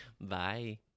bye